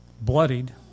bloodied